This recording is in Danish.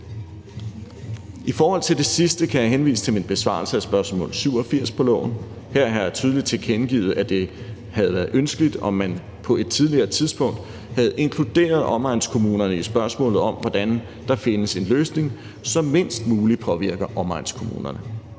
I forhold til det sidste kan jeg henvise til min besvarelse af spørgsmål 87 på loven. Her har jeg tydeligt tilkendegivet, at det havde været ønskeligt, om man på et tidligere tidspunkt havde inkluderet omegnskommunerne i spørgsmålet om, hvordan der findes en løsning, som mindst muligt påvirker omegnskommunerne,